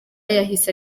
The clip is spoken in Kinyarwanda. yahise